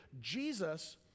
Jesus